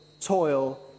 toil